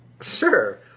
Sure